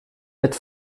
nett